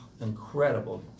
incredible